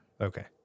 Okay